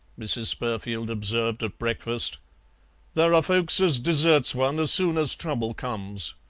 mrs. spurfield observed at breakfast there are folks as deserts one as soon as trouble comes.